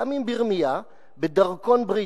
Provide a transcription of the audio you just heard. גם אם ברמייה, בדרכון בריטי,